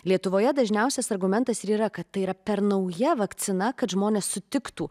lietuvoje dažniausias argumentas ir yra kad tai yra per nauja vakcina kad žmonės sutiktų